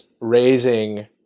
raising